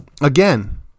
again